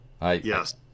Yes